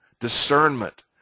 discernment